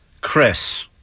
Chris